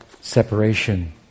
separation